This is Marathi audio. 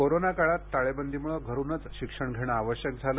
कोरोना काळात टाळेबंदीमुळे घरूनच शिक्षण घेणे आवश्यक झाले